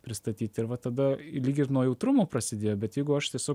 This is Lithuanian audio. pristatyti ir va tada lyg ir nuo jautrumo prasidėjo bet jeigu aš tiesiog